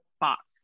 box